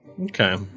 Okay